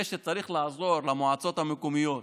לזה שצריך לעזור למועצות המקומיות